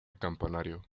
campanario